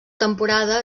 temporada